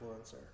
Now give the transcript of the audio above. influencer